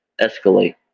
escalate